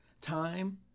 time